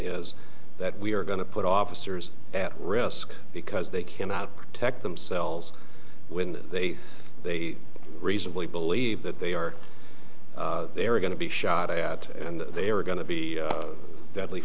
is that we are going to put officers at risk because they cannot protect themselves when they they reasonably believe that they are they're going to be shot at and they are going to be deadly